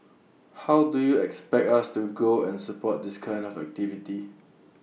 how do you expect us to go and support this kind of activity